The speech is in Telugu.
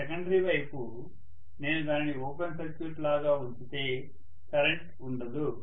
సెకండరీ వైపు నేను దానిని ఓపెన్ సర్క్యూట్ లాగా ఉంచితే కరెంట్ ఉండదు